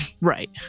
right